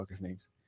names